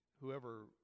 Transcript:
Whoever